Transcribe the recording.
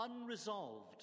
unresolved